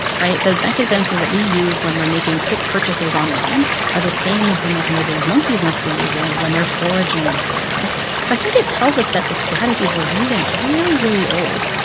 right? the mechanisms and that we use when we're making quick purchases online are the same as the mechanisms monkeys must be using when they're foraging and so on so i think it tells us that the strategies we're using are really, really old.